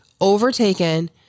overtaken